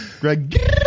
Greg